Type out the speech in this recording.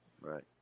right